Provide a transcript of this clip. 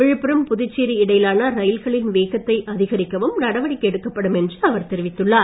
விழுப்புரம் புதுச்சேரி இடையிலான ரயில்களின் வேகத்தை அதிகரிக்கவும் நடவடிக்கை எடுக்கப்படும் என்று அவர் தெரிவித்தார்